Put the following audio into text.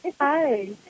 Hi